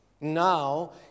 Now